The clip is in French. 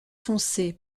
foncé